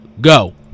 go